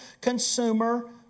consumer